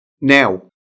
now